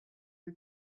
who